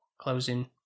closing